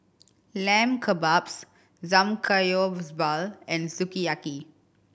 Lamb Kebabs Samgeyopsal and Sukiyaki